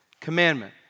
commandment